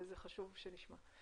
וחשוב שנשמע.